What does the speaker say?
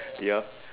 ya